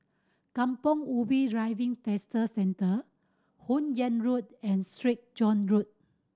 Kampong Ubi Driving Test Centre Hun Yeang Road and Sreet John Road